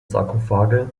sarkophage